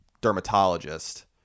dermatologist